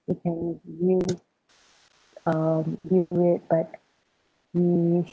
you can view um but we